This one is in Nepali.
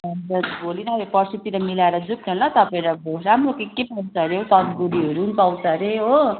हजुर भोलि नभए पर्सितिर मिलाएर जाऊँ न ल तपाईँ र म राम्रो के के पाउँछ हरे हौ तन्दुरीहरू पाउँछ हरे हो